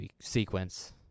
sequence